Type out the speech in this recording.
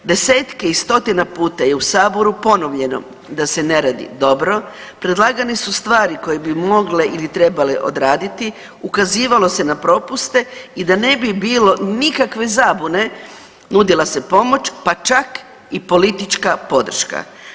Desetke i stotine puta je u saboru ponovljeno da se ne radi dobro, predlagane su stvari koje bi mogle ili trebale odraditi, ukazivalo se na propuste i da ne bi bilo nikakve zabune nudila se pomoć pa čak i politička podrška.